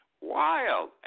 Wild